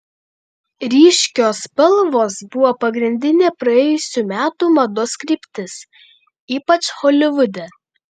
ryškios spalvos buvo pagrindinė praėjusių metų mados kryptis ypač holivude